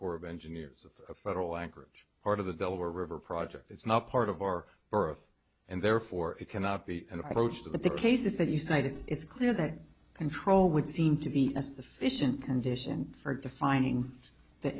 corps of engineers of federal anchorage part of the delaware river project it's not part of our birth and therefore it cannot be an approach to the cases that you cite it's clear that control would seem to be a sufficient condition for defining the